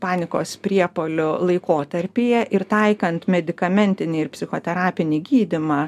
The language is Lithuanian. panikos priepuolių laikotarpyje ir taikant medikamentinį ir psichoterapinį gydymą